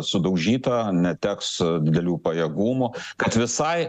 sudaužyta neteks didelių pajėgumų kad visai